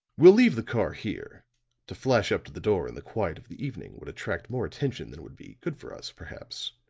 we'll leave the car here to flash up to the door in the quiet of the evening would attract more attention than would be good for us, perhaps.